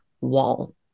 wall